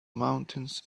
mountains